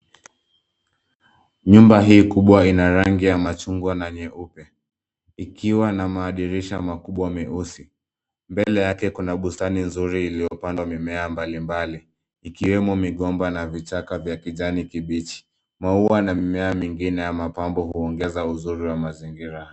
Nyumba hii kubwa ina rangi ya machungwa na nyeupe, ikiwa na madirisha makubwa meusi. Mbele yake kuna bustani nzuri iliyopandwa mimea mbali mbali, ikiwemo migomba na vichaka vya kijani kibichi. Maua na mimea mingine ya mapambo uongeza uzuri wa mazingira.